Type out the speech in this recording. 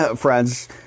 friends